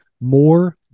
more